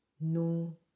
no